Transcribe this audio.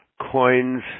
coins